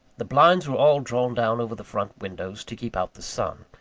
the blinds were all drawn down over the front windows, to keep out the sun.